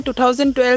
2012